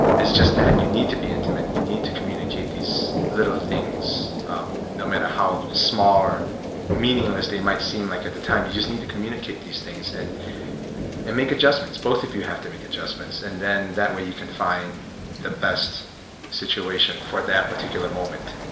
it's just that you need to be intimate. you need to communicate these little things no matter how small or meaningless they might seem like at the time. you just need to communicate these things and and make adjustments both if you have to make adjustments and then that way you can find the best situation for that particular moment